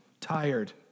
Tired